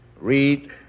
read